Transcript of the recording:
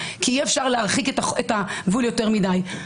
כי אי-אפשר להרחיק את הגבול יותר מדי.